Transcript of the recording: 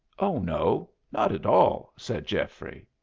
oh, no, not at all, said geoffrey.